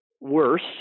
worse